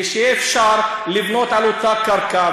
ושיהיה אפשר לבנות על אותה קרקע,